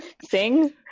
sing